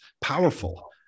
powerful